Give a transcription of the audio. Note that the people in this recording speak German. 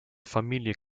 familie